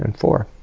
and four.